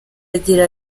agira